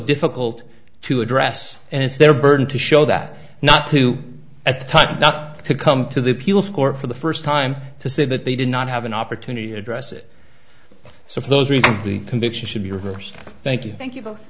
difficult to address and it's their burden to show that not to at the time not to come to the appeals court for the first time to say that they did not have an opportunity to address it so for those reasonably conviction should be reversed thank you thank you both